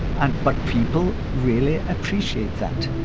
and but people really appreciate that.